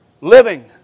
Living